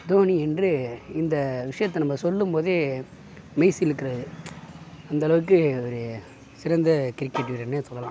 தோனி என்று இந்த விஷயத்த நம்ம சொல்லும் போதே மெய்சிலுக்கிறது அந்த அளவுக்கு அவர் சிறந்த கிரிக்கெட் வீரருனே சொல்லெலாம்